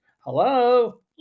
hello